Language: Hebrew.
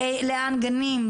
לאן גנים,